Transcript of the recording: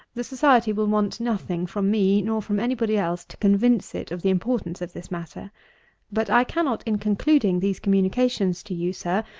the society will want nothing from me, nor from any-body else, to convince it of the importance of this matter but i cannot, in concluding these communications to you, sir,